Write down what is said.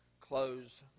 close